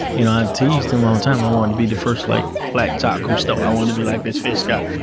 and i teased him all the time, i wanted to be the first like black jacques cousteau. i wanted to be, like, this fish guy.